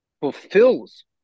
fulfills